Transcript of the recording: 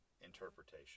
interpretation